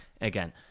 Again